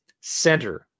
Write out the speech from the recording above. Center